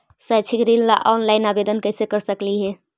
शैक्षिक ऋण ला ऑनलाइन आवेदन कैसे कर सकली हे?